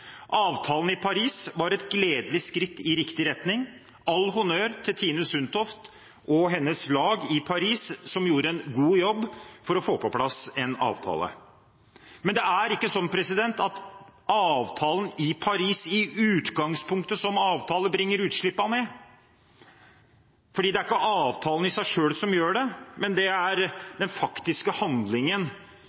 hennes lag i Paris, som gjorde en god jobb for å få på plass en avtale. Men det er ikke sånn at avtalen i Paris i utgangspunktet, som avtale, bringer utslippene ned. Det er ikke avtalen i seg selv som gjør det, men den faktiske handlingen